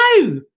no